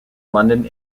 london